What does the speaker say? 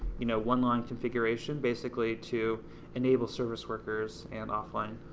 you know one line configuration basically to enable service workers and offline